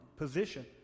Position